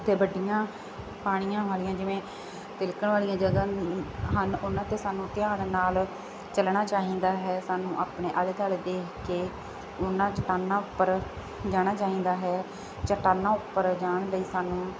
ਅਤੇ ਵੱਡੀਆਂ ਪਾਣੀਆਂ ਵਾਲੀਆਂ ਜਿਵੇਂ ਤਿਲਕਣ ਵਾਲੀਆਂ ਜਗ੍ਹਾ ਹਨ ਉਹਨਾਂ 'ਤੇ ਸਾਨੂੰ ਧਿਆਨ ਨਾਲ ਚੱਲਣਾ ਚਾਹੀਦਾ ਹੈ ਸਾਨੂੰ ਆਪਣੇ ਆਲੇ ਦੁਆਲੇ ਦੇਖ ਕੇ ਉਹਨਾਂ ਚੱਟਾਨਾਂ ਉੱਪਰ ਜਾਣਾ ਚਾਹੀਦਾ ਹੈ ਚੱਟਾਨਾਂ ਉੱਪਰ ਜਾਣ ਲਈ ਸਾਨੂੰ